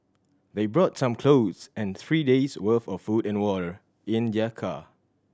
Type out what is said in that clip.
they brought some clothes and three days' worth of food and water in their car